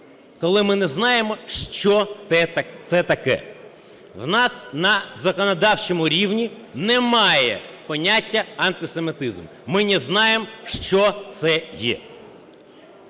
коли ми не знаємо, що це таке. У нас на законодавчому рівні немає поняття антисемітизм, ми не знаємо, що це є.